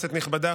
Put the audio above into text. כנסת נכבדה,